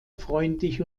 freundlich